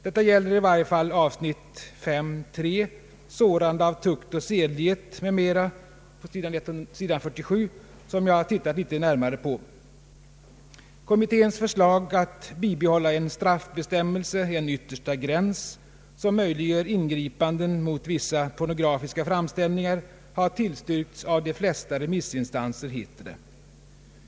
Detta gäller i varje fall avsnitt 5.3 Sårande av tukt och sedlighet m.m., s. 47, som jag har tittat litet närmare på. Kommitténs förslag att bibehålla en straffbestämmelse, en ”yttersta gräns”, som möjliggör ingripanden mot vissa pornografiska framställningar har tillstyrkts av de flesta remissinstanser, heter det.